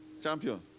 Champion